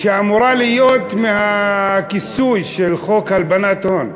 שאמורה להיות מהכיסוי של חוק הלבנת הון.